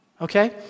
Okay